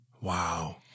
Wow